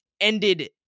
ended